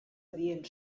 adient